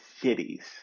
cities